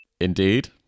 Indeed